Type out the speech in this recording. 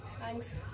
thanks